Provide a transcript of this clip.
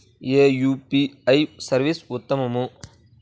ఏ UPI service ఉత్తమము?